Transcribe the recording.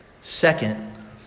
Second